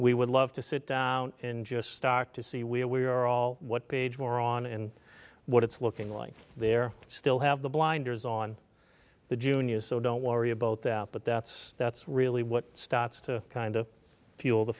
we would love to sit down in just stock to see where we are all what page more on and what it's looking like they're still have the blinders on the juniors so don't worry about that but that's that's really what stops to kind of fuel the